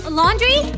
laundry